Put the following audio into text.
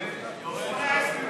18, מורידים.